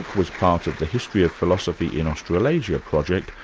was part of the history of philosophy in australia project,